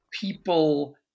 people